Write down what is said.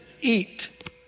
eat